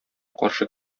каршы